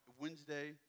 Wednesday